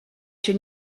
się